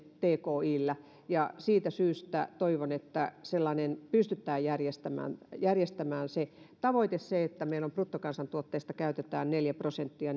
tkillä ja siitä syystä toivon että sellainen pystytään järjestämään järjestämään kun tavoite on se että meillä bruttokansantuotteesta käytetään neljä prosenttia